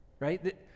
Right